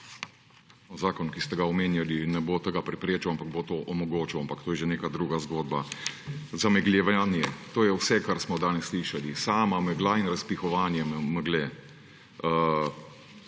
Zakon, ki ste ga omenjali, ne bo tega preprečil, ampak bo to omogočil. Ampak to je že neka druga zgodba. Zamegljevanje, to je vse, kar smo danes slišali. Sama megla in razpihovanje megle.